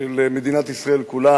של מדינת ישראל כולה,